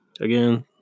Again